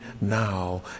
now